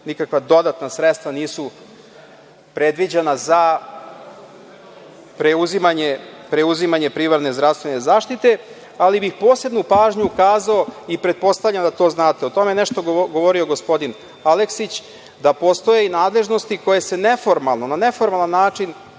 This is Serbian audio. nikakva dodatna sredstva nisu predviđena za preuzimanje primarne zdravstvene zaštite. Posebnu pažnju bih ukazao i pretpostavljam da vi to znate, a o tome je nešto govorio gospodin Aleksić, da postoje nadležnosti koje se na neformalan način